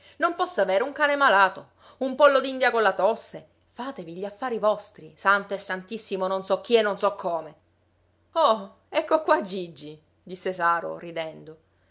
non posso avere un cane malato un pollo d'india con la tosse fatevi gli affari vostri santo e santissimo non so chi e non so come oh ecco qua gigi disse saro ridendo